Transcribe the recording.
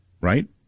right